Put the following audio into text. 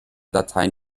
dateien